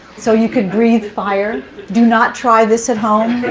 so you could breathe fire. do not try this at home.